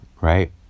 right